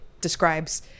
describes